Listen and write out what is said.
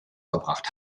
verbracht